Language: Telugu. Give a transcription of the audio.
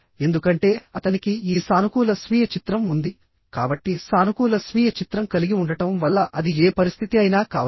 ఎందుకంటే అతనికి ఈ సానుకూల స్వీయ చిత్రం ఉంది కాబట్టి సానుకూల స్వీయ చిత్రం కలిగి ఉండటం వల్ల అది ఏ పరిస్థితి అయినా కావచ్చు